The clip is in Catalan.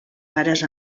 pares